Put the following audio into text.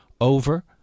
over